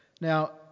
Now